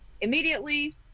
immediately